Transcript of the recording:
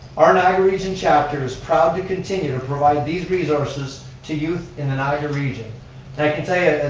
our niagara region chapter is proud to continue to provide these resources to youth in the niagara region. and i can tell you,